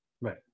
Right